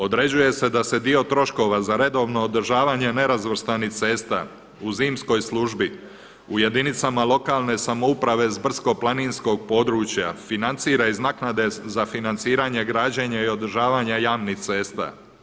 Određuje se da da se dio troškova za redovno održavanje nerazvrstanih cesta u zimskoj službi u jedinicama lokalne samouprave s brdsko-planinskog područja financira iz naknade za financiranje građenje i održavanje javnih cesta.